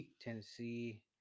Tennessee